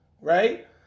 right